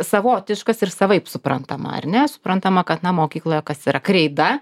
savotiškas ir savaip suprantama ar ne suprantama kad na mokykloje kas yra kreida